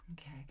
Okay